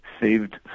saved